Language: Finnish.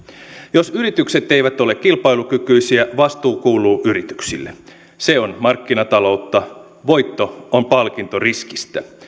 jos yritykset eivät ole kilpailukykyisiä vastuu kuuluu yrityksille se on markkinataloutta voitto on palkinto riskistä